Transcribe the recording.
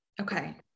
Okay